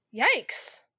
yikes